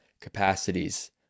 capacities